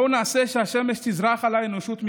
בואו נעשה שהשמש תזרח על האנושות מירושלים,